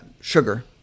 sugar